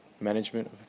management